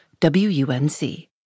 WUNC